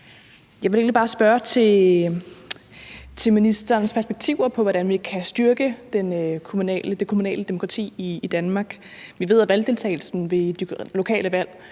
Jeg ville egentlig bare spørge til ministerens perspektiver på, hvordan vi kan styrke det kommunale demokrati i Danmark. Vi ved, at valgdeltagelsen ved de lokale valg